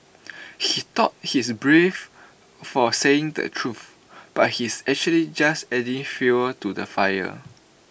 he thought he's brave for saying the truth but he's actually just adding fuel to the fire